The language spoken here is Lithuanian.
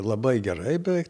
labai gerai beveik